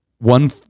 One